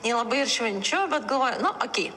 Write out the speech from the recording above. nelabai ir švenčių bet galvoju nu okei